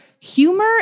humor